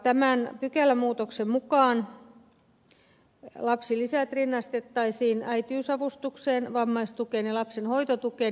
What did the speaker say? tämän pykälämuutoksen mukaan lapsilisät rinnastettaisiin äitiysavustukseen vammaistukeen ja lapsen hoitotukeen